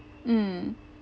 mm